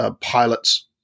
pilot's